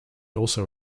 also